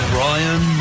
Brian